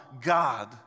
God